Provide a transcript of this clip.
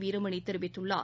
வீரமணி தெரிவித்துள்ளார்